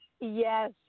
yes